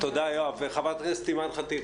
חברת הכנסת אימאן ח'טיב.